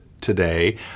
today